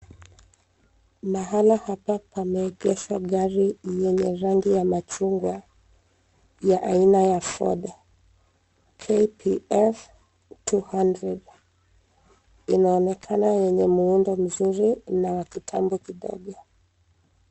Mahala hapa pameegeshwa gari yenye rangi ya machungwa, ya aina ya ford KPF 200.Inaonekana yenye muundo mzuri na wa kitambo kidogo.